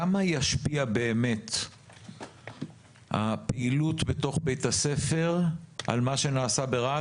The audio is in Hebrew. כמה תשפיע באמת הפעילות בתוך בית הספר על מה שנעשה ברהט?